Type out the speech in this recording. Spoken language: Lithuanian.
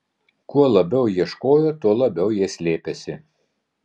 kuo labiau ieškojo tuo labiau jie slėpėsi